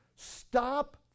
Stop